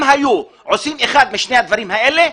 אם היו עושים אחד משני הדברים האלה,